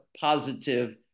positive